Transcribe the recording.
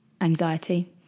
anxiety